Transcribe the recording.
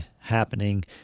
happening